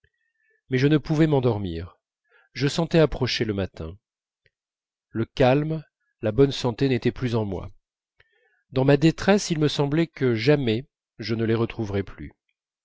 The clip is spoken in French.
mais je ne pouvais m'endormir je sentais approcher le matin le calme la bonne santé n'étaient plus en moi dans ma détresse il me semblait que jamais je ne les retrouverais plus